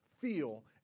feel